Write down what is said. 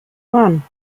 one